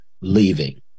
leaving